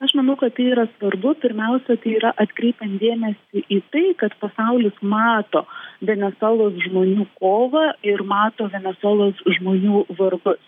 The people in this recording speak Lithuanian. aš manau kad yra svarbu pirmiausia tai yra atkreipiant dėmesį į tai kad pasaulis mato venesuelos žmonių kovą ir mato venesuelos žmonių vargus